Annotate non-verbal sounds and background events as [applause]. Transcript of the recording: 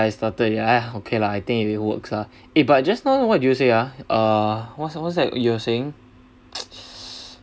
started already ah okay lah I think it works ah eh but just now what did you say ah uh wha~ what's that you were saying [noise]